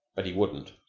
but he wouldn't.